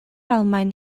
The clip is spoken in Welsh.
almaen